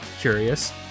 curious